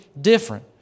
different